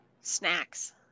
Snacks